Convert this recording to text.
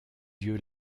yeux